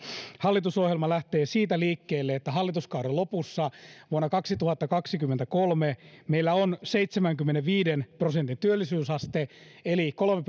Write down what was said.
hallitusohjelma lähtee siitä liikkeelle että hallituskauden lopussa vuonna kaksituhattakaksikymmentäkolme meillä on seitsemänkymmenenviiden prosentin työllisyysaste eli kolme